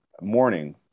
morning